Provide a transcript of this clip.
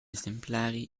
esemplari